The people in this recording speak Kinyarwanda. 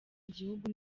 igihugu